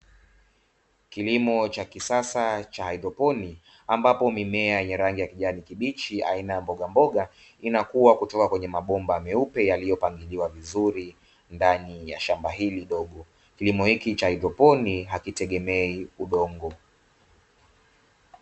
Kilimo cha kisasa cha haidroponi ambapo mimea yenye rangi ya kijani kibichi aina ya mbogamboga, inakua kutoka kwenye mabomba meupe yaliyopangiliwa vizuri ndani ya shamba hili dogo. Kilimo hiki cha haidroponi hakitegemei udongo.